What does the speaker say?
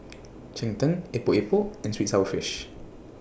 Cheng Tng Epok Epok and Sweet and Sour Fish